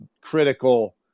critical